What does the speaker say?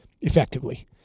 effectively